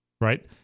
right